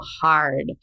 hard